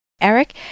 Eric